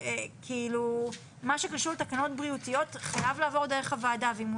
כאילו מה שקשור לתקנות הבריאותיות זה חייב לעבור דרך הוועדה ואם הוא